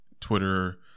Twitter